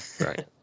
right